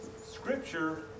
Scripture